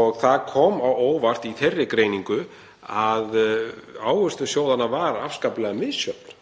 og það kom á óvart í þeirri greiningu að ávöxtun sjóðanna var afskaplega misjöfn.